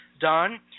done